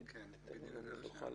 העסקה?